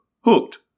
hooked